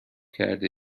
کرده